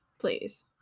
please